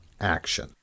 action